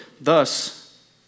thus